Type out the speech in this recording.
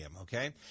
okay